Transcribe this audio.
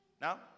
Now